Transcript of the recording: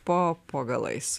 po po galais